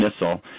missile